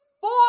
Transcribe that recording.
four